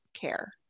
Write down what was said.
care